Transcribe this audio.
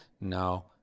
No